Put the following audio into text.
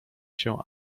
się